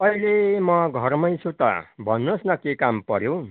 अहिले म घरमै छु त भन्नुहोस् न के काम पर्यो